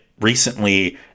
recently